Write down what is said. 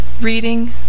Reading